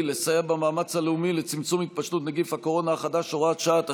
לסייע במאמץ הלאומי לצמצום התפשטות נגיף הקורונה החדש (הוראת שעה),